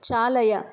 चालय